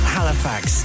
Halifax